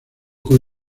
con